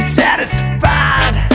satisfied